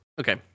okay